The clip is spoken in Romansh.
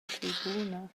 tribuna